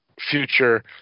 future